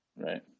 Right